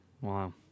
Wow